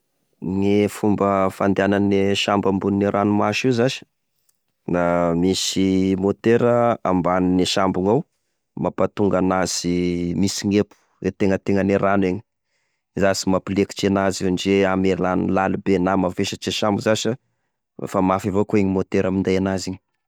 Gne fomba fandehanany e sambo ambony gne ranomasy io zasy, na misy motera ambanine sambo igny ao mampatonga anazy mitsignepo, gn'ategnategnane rano eny zasy mampilekitry anazy ndre ame rano laly be na mavesatry e sambo zasa, efa mafy avakoa igny.motera minday anazy iny.